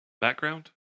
background